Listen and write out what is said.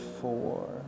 four